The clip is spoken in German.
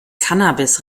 cannabis